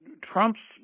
Trump's